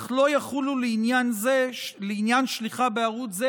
אך לא יחולו לעניין שליחה בערוץ זה